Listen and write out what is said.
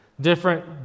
different